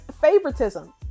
favoritism